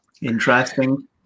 Interesting